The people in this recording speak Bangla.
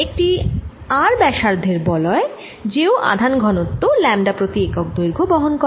একটি r ব্যাসার্ধের বলয় যেও আধান ঘনত্ব ল্যামডা প্রতি একক দৈর্ঘ্য বহন করে